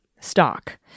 stock